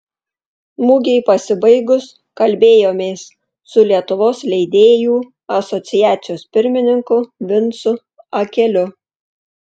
mugei pasibaigus kalbėjomės su lietuvos leidėjų asociacijos pirmininku vincu akeliu